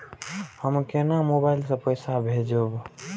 हम केना मोबाइल से पैसा भेजब?